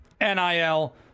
NIL